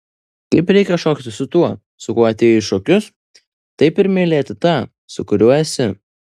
kaip reikia šokti su tuo su kuo atėjai į šokius taip ir mylėti tą su kuriuo esi